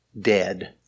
dead